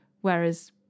whereas